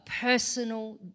personal